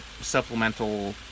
supplemental